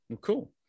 cool